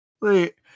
Wait